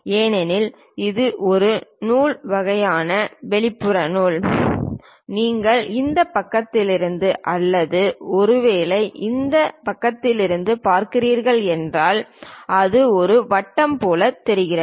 ஏனெனில் இது ஒரு நூல் வகையான வெளிப்புற நூல் நீங்கள் இந்த பக்கத்திலிருந்து அல்லது ஒருவேளை இந்த பக்கத்திலிருந்து பார்க்கிறீர்கள் என்றால் அது ஒரு வட்டம் போல் தெரிகிறது